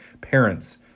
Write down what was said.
parents